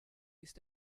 ist